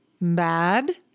bad